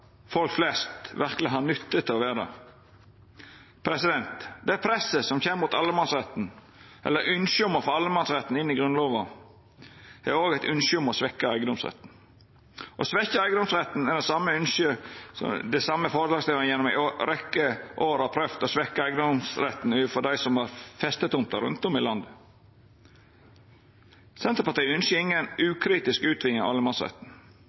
presset som er mot allemannsretten, eller ynsket om å få allemannsretten inn i Grunnlova, er òg eit ynske om å svekkja eigedomsretten. Dei same forslagsstillarane har gjennom ei rekkje år prøvd å svekkja eigedomsretten overfor dei som har festetomtar rundt om i landet. Senterpartiet ynskjer inga ukritisk utviding av allemannsretten.